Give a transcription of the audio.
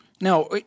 Now